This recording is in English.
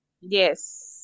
Yes